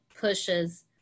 pushes